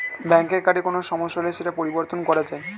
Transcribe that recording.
ব্যাঙ্কের কার্ডে কোনো সমস্যা হলে সেটা পরিবর্তন করা যায়